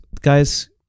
guys